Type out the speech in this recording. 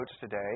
today